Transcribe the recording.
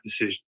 decision